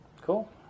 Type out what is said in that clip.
Cool